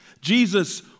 Jesus